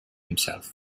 himself